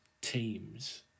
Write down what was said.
teams